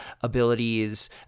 abilities